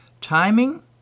Timing